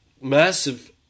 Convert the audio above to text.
massive